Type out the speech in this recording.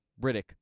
Riddick